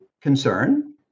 concern